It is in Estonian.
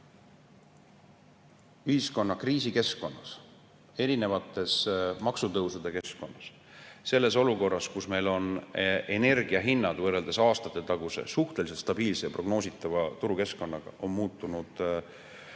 ühiskonnakriisi keskkonnas, eri maksutõusude keskkonnas, olukorras, kus meil on energiahinnad võrreldes aastatetaguse suhteliselt stabiilse prognoositava turukeskkonnaga, on [olukord]